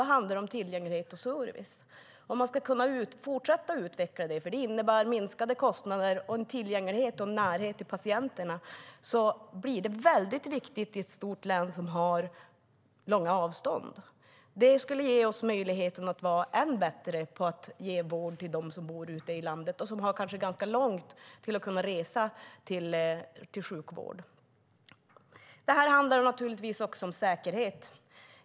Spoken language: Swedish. Då handlar det om att fortsätta att utveckla tillgänglighet och service. Det innebär minskade kostnader och större tillgänglighet och större närhet för patienterna. I ett stort län med långa avstånd är det väldigt viktigt med it. Det gör att man skulle kunna bli än bättre på att ge vård till dem som bor på landsbygden och som har lång väg att resa till sjukvård. Det här handlar naturligtvis också om säkerhet.